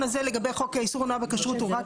הוא לא